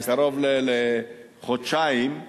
קרוב לחודשיים,